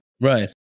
Right